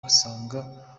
usanga